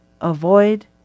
avoid